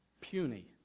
puny